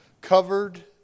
Covered